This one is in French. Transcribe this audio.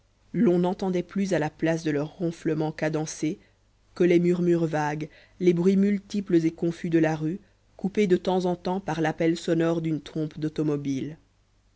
l'on n'entendait plus à la place de leur ronflement cadencé que les murmures vagues les bruits multiples et confus de la rue coupés de temps en temps par l'appel sonore d'une trompe d'automobile